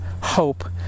hope